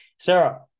Sarah